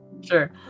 Sure